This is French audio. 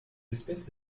espèce